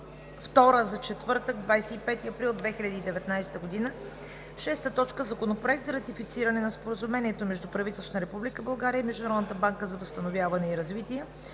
за четвъртък, 25 април 2019 г. 6. Законопроект за ратифициране на Споразумението между правителството на Република България и Международната банка за възстановяване и развитие